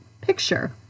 picture